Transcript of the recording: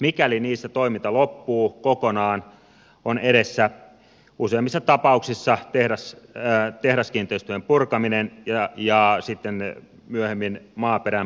mikäli niissä toiminta loppuu kokonaan on edessä useimmissa tapauksissa tehdaskiinteistöjen purkaminen ja sitten myöhemmin maaperän puhdistus